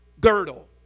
girdle